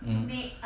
mm